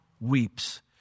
weeps